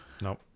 nope